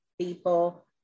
people